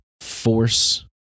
force